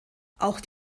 auch